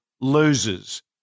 loses